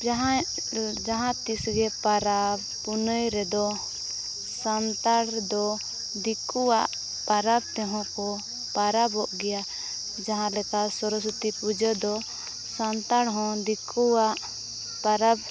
ᱡᱟᱦᱟᱸᱭ ᱡᱟᱦᱟᱸ ᱛᱤᱥᱜᱮ ᱯᱟᱨᱟᱵᱽ ᱯᱩᱱᱟᱹᱭ ᱨᱮᱫᱚ ᱥᱟᱱᱛᱟᱲ ᱫᱚ ᱫᱤᱠᱩᱣᱟᱜ ᱯᱟᱨᱟᱵᱽ ᱛᱮᱦᱚᱸ ᱠᱚ ᱯᱟᱨᱟᱵᱚᱜ ᱜᱮᱭᱟ ᱡᱟᱦᱟᱸᱞᱮᱠᱟ ᱥᱚᱨᱚᱥᱚᱛᱤ ᱯᱩᱡᱟᱹ ᱫᱚ ᱥᱟᱱᱛᱟᱲ ᱦᱚᱸ ᱫᱤᱠᱩᱣᱟᱜ ᱯᱟᱨᱟᱵᱽ